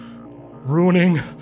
Ruining